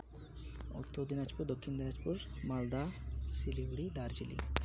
Uttar Dinajpur Dakshin Dinajpur Malda Siliguri Darjeeling